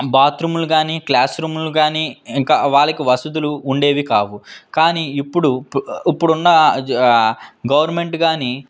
బాత్రూములు కానీ క్లాస్ రూములు కానీ ఇంకా వాళ్ళ కు వసతులు ఉండేవి కావు కానీ ఇప్పుడు ఇప్పుడున్న గవర్నమెంట్ కానీ